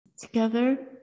together